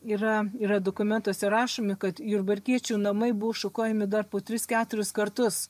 yra yra dokumentuose rašomi kad jurbarkiečių namai buvo šukuojami dar po tris keturis kartus